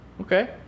okay